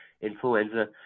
influenza